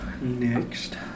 Next